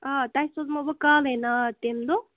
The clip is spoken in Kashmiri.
آ تۄہہِ سوٗزہو بہٕ کالے ناد تَمہِ دۄہ